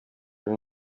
n’u